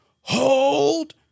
hold